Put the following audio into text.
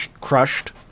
crushed